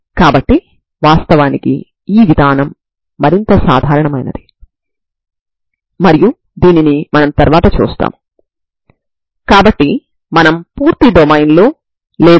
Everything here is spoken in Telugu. కాబట్టి unxtAncos nπcb a tBnsin nπcb a tsin nπb a అవుతుంది దీనిని మీరు ఒక పరిష్కారంగా కలిగి ఉంటారు